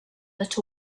that